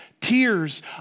tears